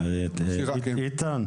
איתן,